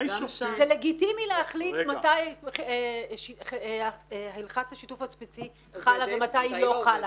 זה לגיטימי להחליט מתי הלכת השיתוף הספציפי חלה ומתי היא לא חלה.